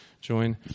join